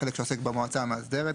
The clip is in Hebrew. חלק שעוסק במועצה המאסדרת,